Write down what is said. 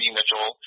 Mitchell